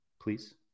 Please